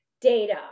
data